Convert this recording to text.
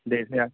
ದೇಸಿ ಆ